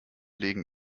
legen